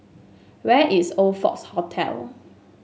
where is Oxford Hotel